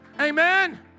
Amen